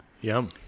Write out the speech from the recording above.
Yum